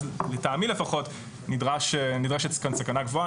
לטעמי לפחות נדרשת כאן סכנה גבוהה.